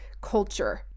culture